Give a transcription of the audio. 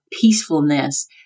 peacefulness